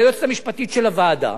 ליועצת המשפטית של הוועדה,